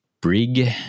Brig